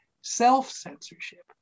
self-censorship